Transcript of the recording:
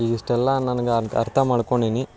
ಈಗ ಇಷ್ಟೆಲ್ಲ ನನ್ಗೆ ಅರ್ ಅರ್ಥ ಮಾಡ್ಕೊಂಡೀನಿ